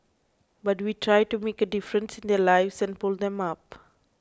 but we try to make a difference in their lives and pull them up